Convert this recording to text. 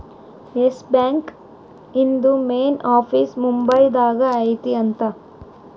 S Bank ಇಂದು main office Mumbai ದಾಗ ಐತಿ ಅಂತ